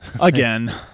again